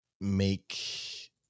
make